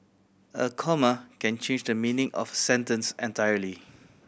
a comma can change the meaning of sentence entirely